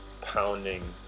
pounding